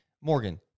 Morgan